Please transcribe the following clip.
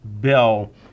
bill